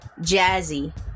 jazzy